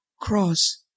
cross